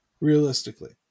realistically